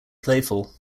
playful